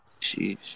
jeez